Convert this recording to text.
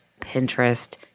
Pinterest